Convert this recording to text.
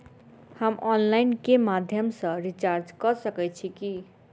हम ऑनलाइन केँ माध्यम सँ रिचार्ज कऽ सकैत छी की?